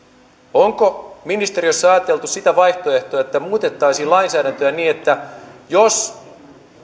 onko ministeriössä ajateltu sitä vaihtoehtoa että muutettaisiin lainsäädäntöä niin että jos